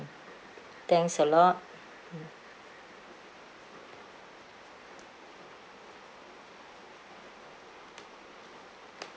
thanks a lot